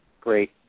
Great